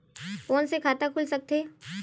Phone से खाता खुल सकथे?